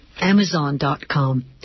amazon.com